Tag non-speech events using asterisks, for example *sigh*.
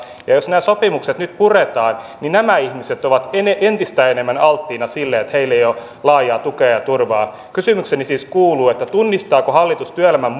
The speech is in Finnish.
on yhä enemmän ja jos nämä sopimukset nyt puretaan niin nämä ihmiset ovat entistä enemmän alttiina sille että heillä ei ole laajaa tukea ja turvaa kysymykseni siis kuuluu tunnistaako hallitus työelämän *unintelligible*